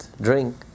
drink